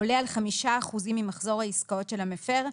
עולה על 5 אחוזים ממחזור העסקאות של המפר,